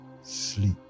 sleep